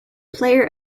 player